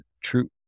True